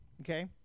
Okay